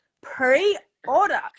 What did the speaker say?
pre-order